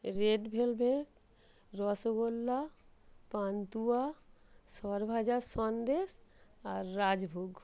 red velvet rasgulla পান্তুয়া স্বরভাজা সন্দেশ আর রাজভোগ